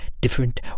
Different